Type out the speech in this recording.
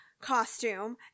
costume